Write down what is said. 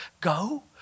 go